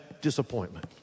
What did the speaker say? disappointment